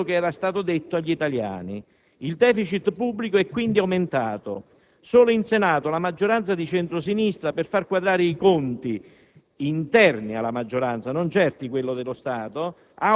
È stato fatto l'esatto opposto di quello che era stato detto agli italiani. Il *deficit* pubblico è, quindi, aumentato: solo al Senato la maggioranza di centro-sinistra, per far quadrare i conti